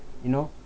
you know